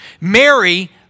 Mary